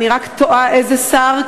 אני רק תוהה איזה שר,